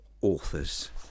authors